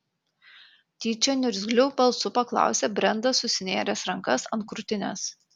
tyčia niurgzliu balsu paklausė brendas susinėręs rankas ant krūtinės